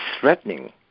threatening